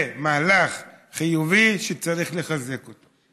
זה מהלך חיובי שצריך לחזק אותו.